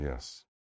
Yes